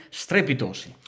strepitosi